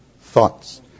thoughts